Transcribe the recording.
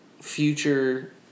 future